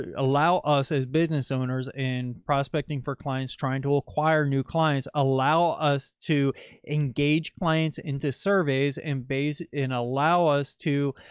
ah allow us as business owners and prospecting for clients trying to acquire new clients, allow us to engage clients into surveys and bays in, allow us to.